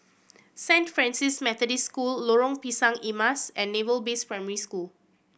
Saint Francis Methodist School Lorong Pisang Emas and Naval Base Primary School